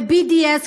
ל-BDS,